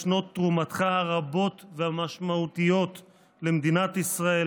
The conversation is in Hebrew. על שנות תרומתך הרבות והמשמעותיות למדינת ישראל